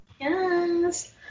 Yes